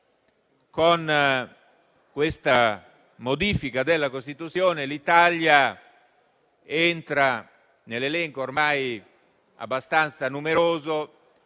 Con questa modifica della Costituzione l'Italia entra nell'elenco ormai abbastanza numeroso